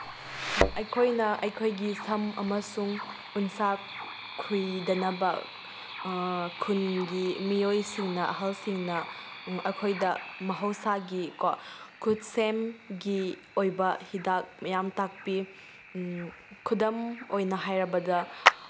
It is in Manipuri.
ꯑꯩꯈꯣꯏꯅ ꯑꯩꯈꯣꯏꯒꯤ ꯁꯝ ꯑꯃꯁꯨꯡ ꯎꯟꯁꯥ ꯈꯨꯏꯗꯅꯕ ꯈꯨꯟꯒꯤ ꯃꯤꯑꯣꯏꯁꯤꯡꯅ ꯑꯍꯜꯁꯤꯡꯅ ꯑꯩꯈꯣꯏꯗ ꯃꯍꯧꯁꯥꯒꯤꯀꯣ ꯈꯨꯠꯁꯦꯝꯒꯤ ꯑꯣꯏꯕ ꯍꯤꯗꯥꯛ ꯃꯌꯥꯝ ꯇꯥꯛꯄꯤ ꯈꯨꯗꯝ ꯑꯣꯏꯅ ꯍꯥꯏꯔꯕꯗ